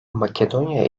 makedonya